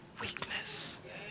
weakness